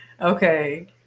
Okay